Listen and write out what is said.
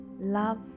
love